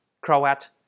Croat